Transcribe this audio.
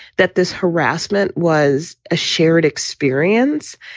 that this harassment was a shared experience.